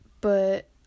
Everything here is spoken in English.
but-